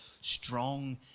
strong